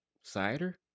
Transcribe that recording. cider